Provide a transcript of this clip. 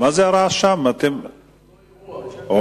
כתבת ערוץ-2,